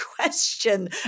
question